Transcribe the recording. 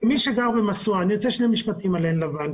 אני רוצה לומר שני משפטים על עין לבן.